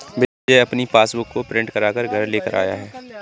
विजय अपनी पासबुक को प्रिंट करा कर घर लेकर आया है